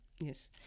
Yes